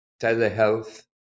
telehealth